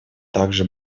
также